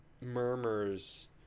murmurs